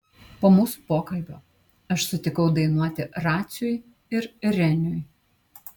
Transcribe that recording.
po mūsų pokalbio aš sutikau dainuoti raciui ir reniui